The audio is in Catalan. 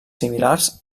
similars